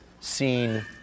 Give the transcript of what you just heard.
seen